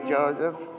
Joseph